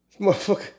motherfucker